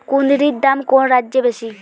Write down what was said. কুঁদরীর দাম কোন রাজ্যে বেশি?